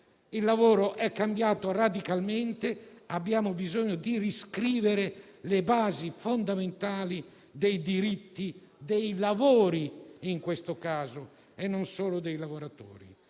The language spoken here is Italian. Il lavoro è cambiato radicalmente: abbiamo bisogno di riscrivere le basi fondamentali dei diritti dei lavori, in questo caso, e non solo dei lavoratori.